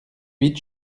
huit